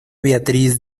beatriz